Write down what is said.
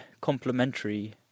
complementary